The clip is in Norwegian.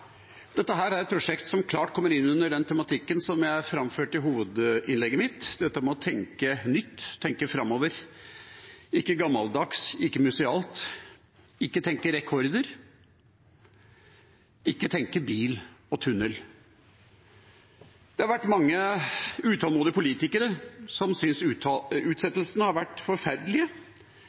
Dette er et prosjekt som klart kommer inn under den tematikken som jeg framførte i hovedinnlegget mitt: det å tenke nytt, tenke framover – ikke gammeldags, ikke musealt, ikke tenke rekorder og ikke tenke bil og tunnel. Det har vært mange utålmodige politikere som synes utsettelsene har vært